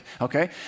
okay